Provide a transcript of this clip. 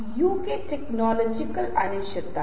अपने चेहरे के साथ साथ अपनी आवाज मुस्कान में रुचि पैदा करें